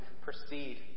proceed